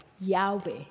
Yahweh